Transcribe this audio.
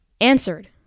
answered